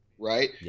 right